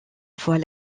voit